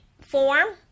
form